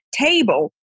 table